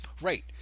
Right